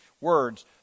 words